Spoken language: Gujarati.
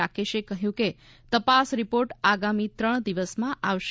રાકેશે કહ્યું કે તપાસ રિપોર્ટ આગામી ત્રણ દિવસમાં આવશે